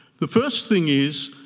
the first thing is